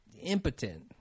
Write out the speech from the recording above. impotent